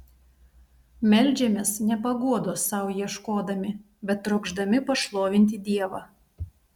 meldžiamės ne paguodos sau ieškodami bet trokšdami pašlovinti dievą